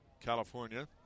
California